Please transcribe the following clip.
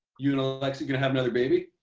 you and alexi gonna have another baby?